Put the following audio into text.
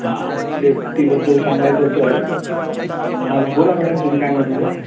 हां सेफ्टीबद्दल सांगायचं तर हां बोला मॅडम तुम्ही काय म्हणत होतात